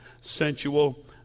sensual